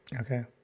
Okay